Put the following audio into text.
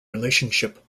relationship